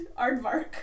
aardvark